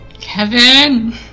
Kevin